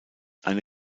eine